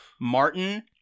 Martin